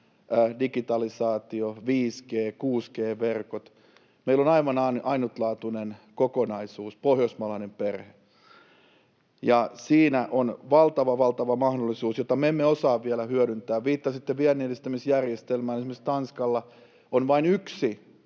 digitalisaatio, 5G-, 6G-verkot. Meillä on aivan ainutlaatuinen kokonaisuus, pohjoismaalainen perhe, ja siinä on valtava, valtava mahdollisuus, jota me emme osaa vielä hyödyntää. Viittasitte vienninedistämisjärjestelmään. [Mika Niikon välihuuto] Esimerkiksi Tanskalla on vain yksi